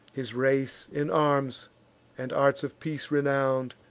his race, in arms and arts of peace renown'd,